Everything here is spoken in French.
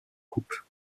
coupes